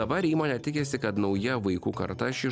dabar įmonė tikisi kad nauja vaikų karta šį